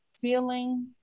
feeling